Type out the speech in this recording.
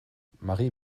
marie